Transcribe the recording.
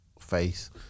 face